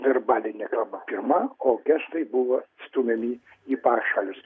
verbalinė kalba pirma o gestai buvo stumiami į pašalius